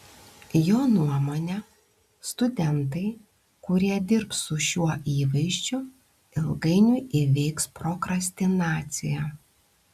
jo nuomone studentai kurie dirbs su šiuo įvaizdžiu ilgainiui įveiks prokrastinaciją